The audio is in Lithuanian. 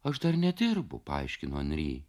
aš dar nedirbu paaiškino anry